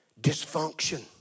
Dysfunction